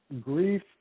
grief